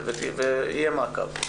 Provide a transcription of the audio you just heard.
ויהיה מעקב.